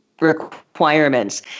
requirements